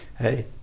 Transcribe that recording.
hey